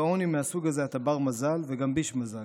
בעוני מהסוג הזה אתה בר-מזל וגם ביש-מזל.